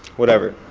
whatever.